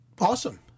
awesome